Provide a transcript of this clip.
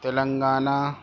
Telangana